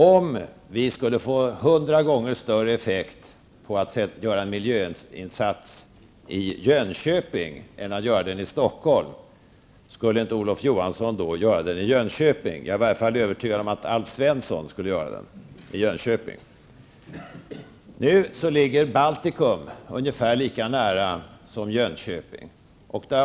Om vi skulle få hundra gånger större effekt på att göra en miljöinsats i Jönköping än att göra den i Stockholm, skulle inte Olof Johansson göra den i Jönköping? Jag är i alla fall övertygad om att Alf Svensson skulle göra det. Nu ligger Baltikum ungefär lika nära Stockholm som Jönköping gör.